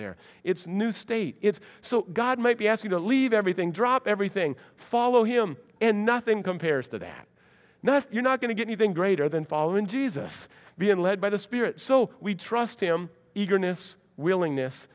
there it's new state it's so god might be asked to leave everything drop everything follow him and nothing compares to that now if you're not going to get anything greater than following jesus being led by the spirit so we trust him eagerness willingness